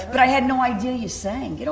but i had no idea you sang. you know